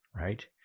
right